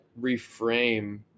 reframe